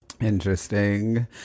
Interesting